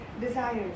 desires